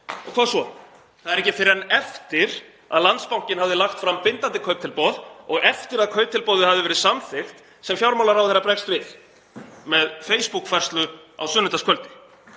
Og hvað svo? Það er ekki fyrr en eftir að Landsbankinn hafði lagt fram bindandi kauptilboð og eftir að kauptilboðið hafði verið samþykkt sem fjármálaráðherra bregst við, með Facebook-færslu á sunnudagskvöldi.